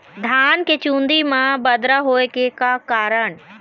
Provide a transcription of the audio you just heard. धान के चुन्दी मा बदरा होय के का कारण?